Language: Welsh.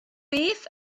beth